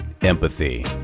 empathy